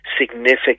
significant